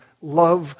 Love